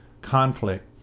conflict